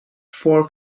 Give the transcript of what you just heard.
four